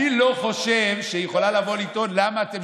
אני לא חושב שהיא יכולה לטעון: למה אתם